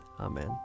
Amen